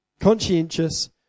Conscientious